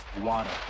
water